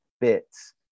bits